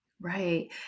Right